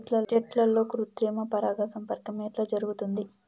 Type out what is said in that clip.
చెట్లల్లో కృత్రిమ పరాగ సంపర్కం ఎట్లా జరుగుతుంది?